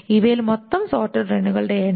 ഇവയിൽ മൊത്തം സോർട്ടഡ് റണ്ണുകളുടെ എണ്ണം